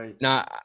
Now